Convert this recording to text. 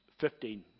15